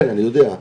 כן אני יודע.